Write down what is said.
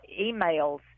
emails